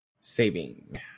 saving